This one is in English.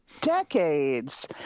decades